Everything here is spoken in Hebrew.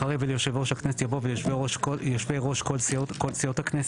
אחרי 'וליושב ראש הכנסת' יבוא 'וליושבי ראש כל סיעות הכנסת'.